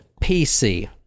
pc